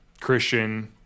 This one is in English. Christian